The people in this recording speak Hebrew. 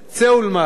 צא ולמד,